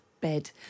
bed